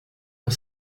ont